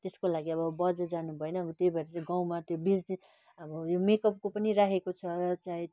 त्यसको लागि अब बजार जानु भएन अब त्यही भएर चाहिँ गाउँमा त्यो बेच्ने अब यो मेकअपको पनि राखेको छ चाहे